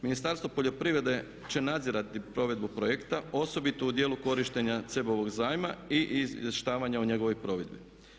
Ministarstvo poljoprivrede će nadzirati provedbu projekta osobito u djelu korištenja CEB-ovog zajma i izvještavanja u njegovoj provedbi.